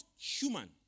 human